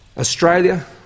Australia